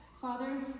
father